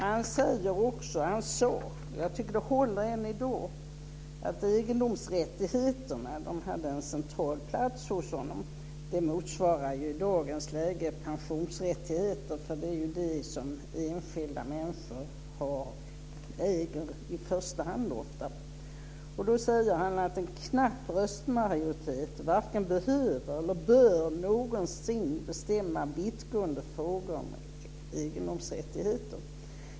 Han sade också, vilket håller än i dag, att egendomsrättigheterna hade en central plats hos honom. Det motsvarar i dagens läge pensionsrättigheter, som är det som enskilda människor ofta äger i första hand. Han sade att en knapp röstmajoritet varken behöver eller bör någonsin bestämma en vittgående fråga om egendomsrättigheter.